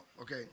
okay